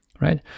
right